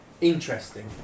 Interesting